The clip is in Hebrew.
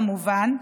כמובן,